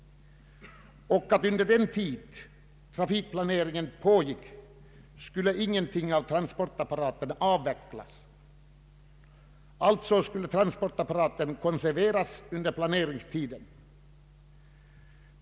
Under den tid som trafikplaneringen pågick skulle ingenting av transportapparaten avvecklas. Transportapparaten skulle alltså ”konserveras” under planeringstiden.